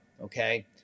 okay